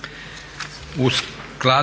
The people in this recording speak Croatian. U skladu